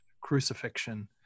crucifixion